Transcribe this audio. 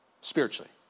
spiritually